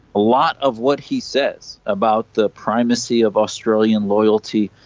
a lot of what he says about the primacy of australian loyalty,